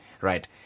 Right